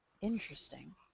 interesting